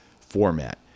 format